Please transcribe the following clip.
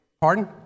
Pardon